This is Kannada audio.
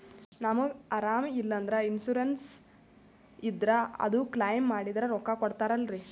ನಮಗ ಅರಾಮ ಇಲ್ಲಂದ್ರ ಇನ್ಸೂರೆನ್ಸ್ ಇದ್ರ ಅದು ಕ್ಲೈಮ ಮಾಡಿದ್ರ ರೊಕ್ಕ ಕೊಡ್ತಾರಲ್ರಿ?